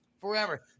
forever